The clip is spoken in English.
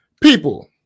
People